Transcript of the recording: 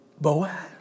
Boaz